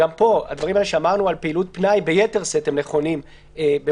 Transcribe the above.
גם פה הדברים שאמרנו על פעילות פנאי הם נכונים ביתר שאת